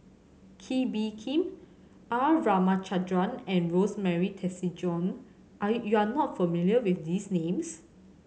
Kee Bee Khim R Ramachandran and Rosemary Tessensohn are you you are not familiar with these names